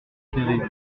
terrible